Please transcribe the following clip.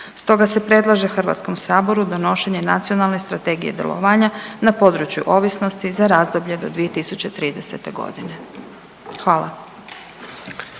Stoga se predlaže HS-u donošenje Nacionalne strategije djelovanja na području ovisnosti za razdoblje do 2030.g. Hvala.